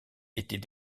était